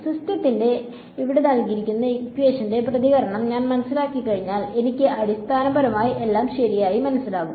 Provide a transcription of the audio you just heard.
സിസ്റ്റത്തിന്റെ പ്രതികരണം ഞാൻ മനസ്സിലാക്കിക്കഴിഞ്ഞാൽ എനിക്ക് അടിസ്ഥാനപരമായി എല്ലാം ശരിയായി മനസ്സിലാകും